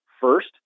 first